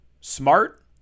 smart